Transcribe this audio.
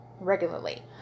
regularly